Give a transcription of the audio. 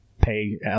pay